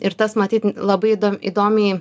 ir tas matyt labai įdom įdomiai